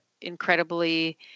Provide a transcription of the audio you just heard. incredibly